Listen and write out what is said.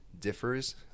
differs